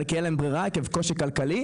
אלא כי אין להם ברירה עקב קושי כלכלי.